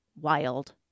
wild